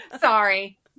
Sorry